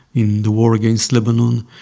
in the war against lebanon,